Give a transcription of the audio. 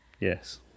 Yes